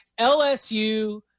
LSU